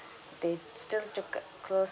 they still took a close